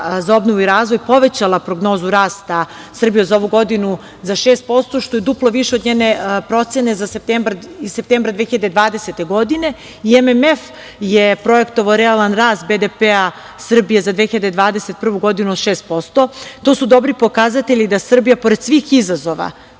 za obnovu i razvoj povećala prognozu rasta Srbije za ovu godinu za 6%, što je duplo više od njene procene iz septembra 2020. godine. Međunarodni monetarni fond je projektovao realan rast BDP-a Srbije za 2021. godine za 6%.To su dobri pokazatelji da Srbija pored svih izazova